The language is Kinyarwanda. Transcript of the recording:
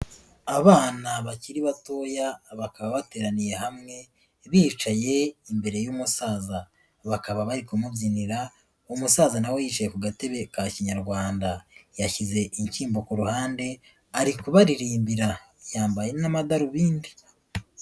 Abana bakiri batoya bakaba bateraniye hamwe bicaye imbere y'umusaza, bakaba bari kumubyinira umusaza nawe yicaye ku gatebe ka kinyarwanda, yashyize inshyimbo ku ruhande arikuririmbira yambaye n'amadarubindi.